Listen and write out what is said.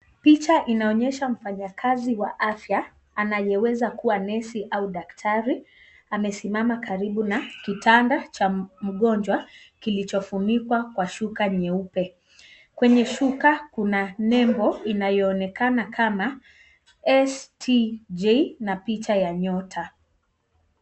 Picha inaonyesha mfanyakazi wa afya, anayeweza kuwa nesi au daktari. Amesimama karibu na kitanda cha mgonjwa, kilichofunikwa kwa shuka nyeupe. Kwenye shuka, kuna nembo inayoonekana kama, STJ na picha ya nyota.